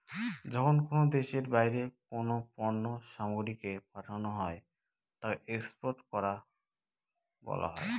যখন কোনো দেশের বাইরে কোনো পণ্য সামগ্রীকে পাঠানো হয় তাকে এক্সপোর্ট করা বলা হয়